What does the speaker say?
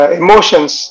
emotions